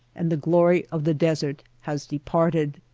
and the glory of the desert has departed.